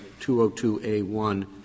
202a1